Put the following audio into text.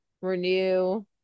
Renew